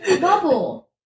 Bubble